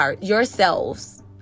yourselves